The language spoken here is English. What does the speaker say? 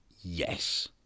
Yes